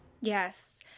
yes